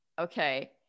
okay